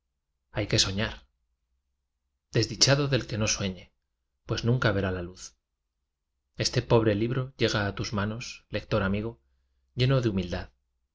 hay que soñar esdichado del que no sueñe pues nunca erá la luz este pobre libro llega a tus nanos lector amigo lleno de humildad